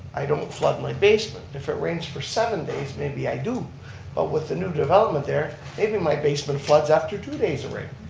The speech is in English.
i don't flood my basement. if it rains for seven days, maybe i do. but with the new development there, maybe my basement floods after two days of rain.